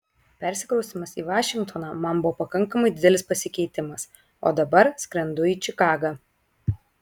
persikraustymas į vašingtoną man buvo pakankamai didelis pasikeitimas o dabar skrendu į čikagą